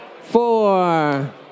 four